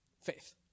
faith